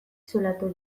zulatu